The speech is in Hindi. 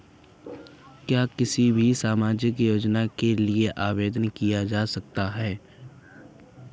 क्या किसी भी सामाजिक योजना के लिए आवेदन किया जा सकता है?